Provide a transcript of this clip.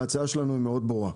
ההצעה שלנו היא מאוד ברורה.